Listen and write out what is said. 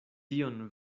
tion